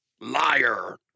liar